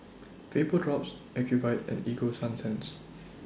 Vapodrops Ocuvite and Ego Sunsense